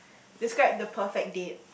describe the perfect date